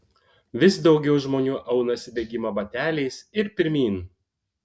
vis daugiau žmonių aunasi bėgimo bateliais ir pirmyn